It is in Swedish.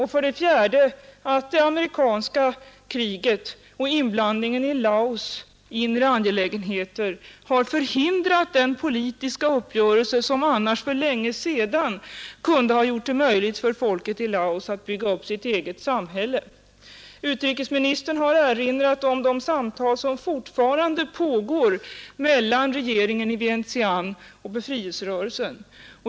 För det fjärde har det amerikanska kriget och inblandningen i Laos inre angelägenheter förhindrat den politiska uppgörelse som annars för länge sedan skulle ha gjort det möjligt för folket i Laos att bygga upp sitt eget samhälle. Utrikesministern har erinrat om de samtal som fortfarande pågår mellan regeringen i Vientiane och befrielserörelsen.